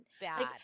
bad